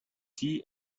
tea